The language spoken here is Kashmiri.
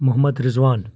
محمد رِضوان